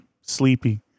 Sleepy